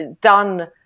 done